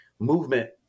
movement